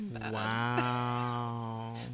wow